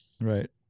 Right